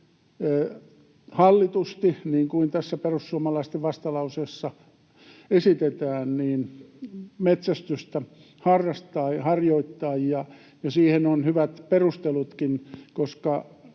hallitusti — niin kuin tässä perussuomalaisten vastalauseessa esitetään — metsästystä harjoittaa. Siihen on hyvät perustelutkin, koska